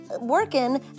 working